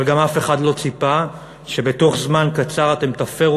אבל גם אף אחד לא ציפה שבתוך זמן קצר אתם תפירו